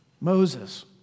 Moses